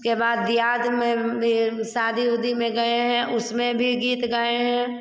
उसके बाद देहात में यह शादी ऊदी में गए हैं उसमें भी गीत गाए हैं